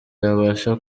yabasha